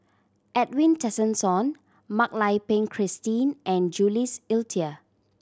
Edwin Tessensohn Mak Lai Peng Christine and Jules Itier